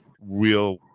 real